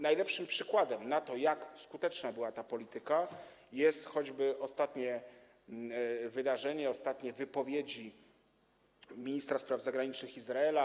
Najlepszym przykładem na to, jak skuteczna była ta polityka, jest choćby ostatnie wydarzenie, są ostatnie wypowiedzi ministra spraw zagranicznych Izraela.